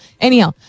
Anyhow